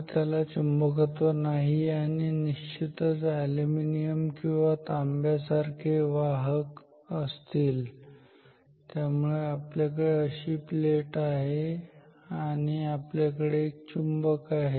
तर याला चुंबकत्व नाही त्यामुळे ते निश्चितच ऍल्युमिनियम किंवा तांब्या सारखे वाहक अशा प्लेट आहेत आणि आपल्याकडे एक चुंबक आहे